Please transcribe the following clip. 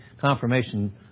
confirmation